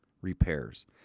repairs